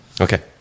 Okay